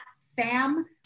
Sam